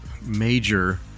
major